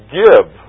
give